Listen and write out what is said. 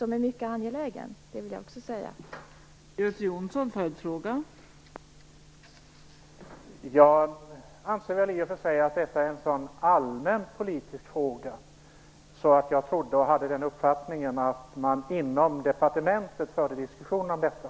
Jag vill också säga att den är mycket angelägen.